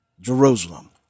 Jerusalem